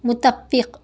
متفق